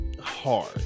hard